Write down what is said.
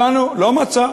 לא מצא,